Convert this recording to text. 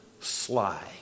sly